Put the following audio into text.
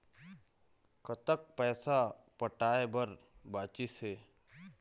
कतक पैसा पटाए बर बचीस हे?